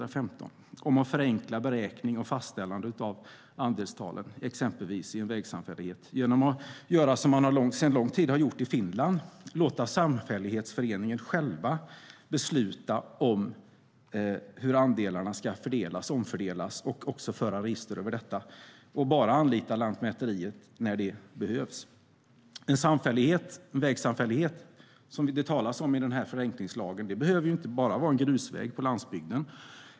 Det handlar om att förenkla beräkning och fastställande av andelstalen i exempelvis en vägsamfällighet genom att göra som man sedan lång tid gör i Finland: låta samfällighetsföreningen själv besluta om hur andelarna ska fördelas och omfördelas, själv föra register över detta och anlita Lantmäteriet endast när det behövs. En vägsamfällighet, som det talas om i den här förenklingslagen, behöver inte bara vara en grusväg på landsbygden.